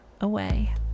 away